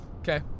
Okay